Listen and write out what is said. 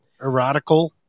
erotical